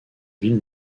ville